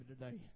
today